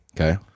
Okay